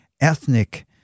ethnic